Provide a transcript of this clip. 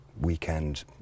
weekend